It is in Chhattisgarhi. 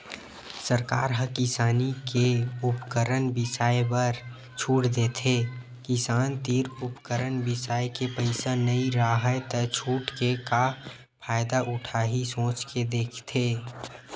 सरकार ह किसानी के उपकरन बिसाए बर छूट देथे किसान तीर उपकरन बिसाए के पइसा नइ राहय त छूट के का फायदा उठाही सोच के देथे